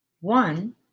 one